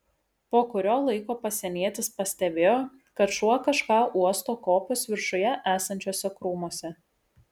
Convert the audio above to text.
po kurio laiko pasienietis pastebėjo kad šuo kažką uosto kopos viršuje esančiuose krūmuose